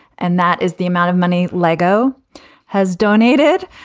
and that is the amount of money lego has donated.